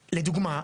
לדוגמא,